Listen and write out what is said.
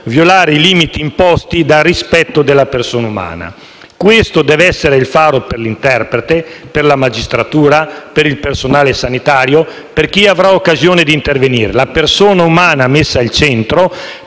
violare i limiti imposti dal rispetto della persona umana. Questo deve essere il faro per l'interprete, per la magistratura, per il personale sanitario, per chi avrà occasione di intervenire. La persona umana viene messa al centro